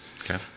Okay